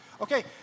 Okay